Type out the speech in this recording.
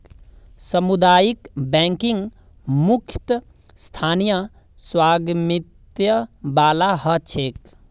सामुदायिक बैंकिंग मुख्यतः स्थानीय स्वामित्य वाला ह छेक